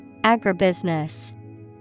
Agribusiness